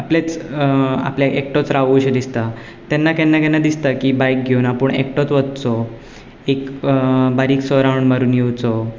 आपलेंच आपल्याक एकटोच रावूं शें दिसता तेन्ना केन्ना केन्ना दिसता की बायक घेवन आपूण एकटोच वचचो एक बारीकसो रावंड मारून येवचो